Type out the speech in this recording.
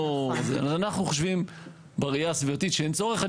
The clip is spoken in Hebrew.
אנחנו חושבים בראייה הסביבתית שאין צורך.